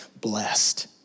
blessed